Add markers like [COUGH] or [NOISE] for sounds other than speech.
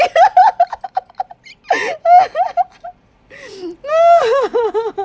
[LAUGHS]